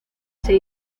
ser